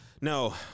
No